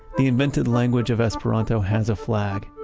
the invented language of esperanto has a flag.